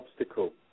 obstacle